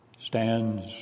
Stands